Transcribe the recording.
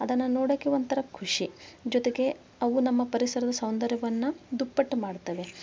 ಅದನ್ನು ನೋಡೋಕ್ಕೆ ಒಂಥರ ಖುಷಿ ಜೊತೆಗೆ ಅವು ನಮ್ಮ ಪರಿಸರದ ಸೌಂದರ್ಯವನ್ನು ದುಪ್ಪಟ್ಟು ಮಾಡ್ತವೆ